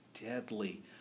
deadly